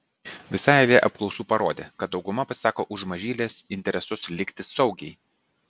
visa eilė apklausų parodė kad dauguma pasisako už mažylės interesus likti saugiai